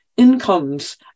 Incomes